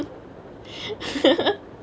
so he's like